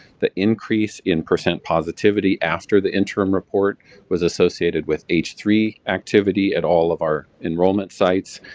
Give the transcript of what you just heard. the increase in percent positivity after the interim report was associated with h three activity at all of our enrollment sites,